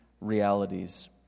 realities